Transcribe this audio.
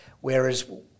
Whereas